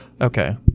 Okay